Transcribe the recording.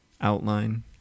outline